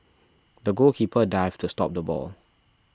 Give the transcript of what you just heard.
the goalkeeper dived to stop the ball